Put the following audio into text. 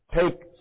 take